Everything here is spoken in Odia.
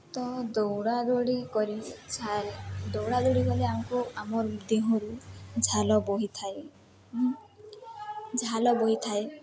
ତ ଦୌଡ଼ା ଦୌଡ଼ି କରି ଆର୍ ଦୌଡ଼ା ଦୌଡ଼ି କଲେ ଆମ୍କୁ ଆମର୍ ଦେହରୁ ଝାଲ ବୋହିଥାଏ ଝାଲ ବୋହିଥାଏ